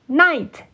night